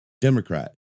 Democrat